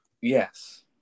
Yes